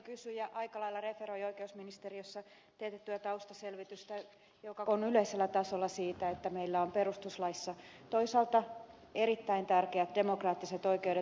kysyjä aika lailla referoi oikeusministeriössä teetettyä taustaselvitystä joka on yleisellä tasolla siitä että meillä on perustuslaissa toisaalta erittäin tärkeät demokraattiset oikeudet